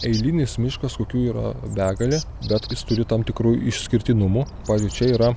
eilinis miškas kokių yra begalė bet jis turi tam tikrų išskirtinumų pavyzdžiui čia yra